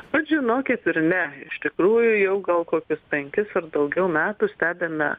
vat žinokit ir ne iš tikrųjų gal kokius penkis ir daugiau metų stebime